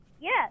Yes